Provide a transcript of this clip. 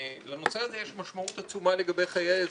לנושא הזה יש משמעות עצומה לגבי חיי האזרחים.